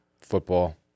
Football